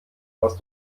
aus